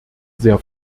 sehr